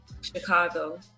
Chicago